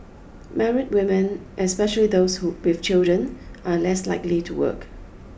married women especially those who with children are less likely to work